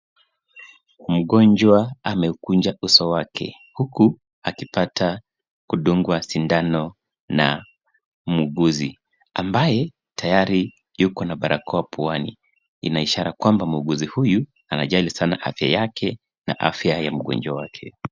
Mgonjwa amekunja uso wake huku akipata kudungwa sindano na muuguzi ambaye tayari yuko na barakoa puani .Ina ishara kwamba muuguzi huyu anajali sana afya yake na afya ya mgonjwa wake.